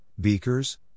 beakers